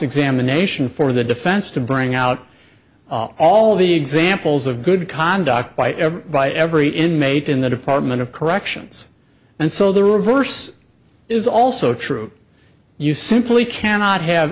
examination for the defense to bring out all the examples of good conduct by every by every inmate in the department of corrections and so the reverse is also true you simply cannot have